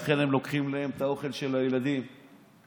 לכן הם לוקחים להם את האוכל של הילדים מהפה.